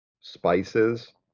spices